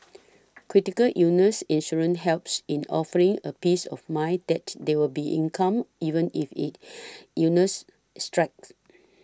critical illness insurance helps in offering a peace of mind that there will be income even if it illnesses strike